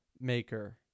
maker